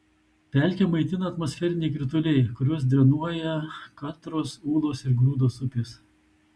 pelkę maitina atmosferiniai krituliai kuriuos drenuoja katros ūlos ir grūdos upės